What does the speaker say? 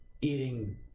Eating